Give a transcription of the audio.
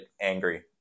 angry